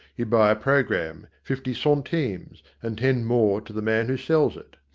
you buy a programme, fifty centimes, and ten more to the man who sells it.